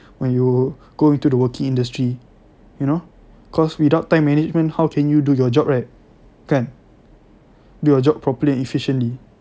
when you go into the working industry you know cause without time management how can you do your job right kan do your job properly and efficiently